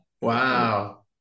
Wow